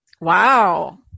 Wow